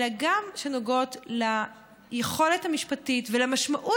אלא גם שנוגעות ליכולת המשפטית ולמשמעות